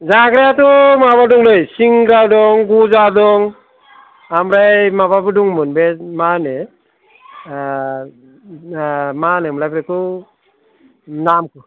जाग्रायाथ' माबा दंलै सिंग्रा दं गजा दं आमफ्राय माबाबो दं बे मा होनो मा होनो मोनलाय बेखौ नामखौ